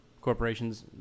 Corporations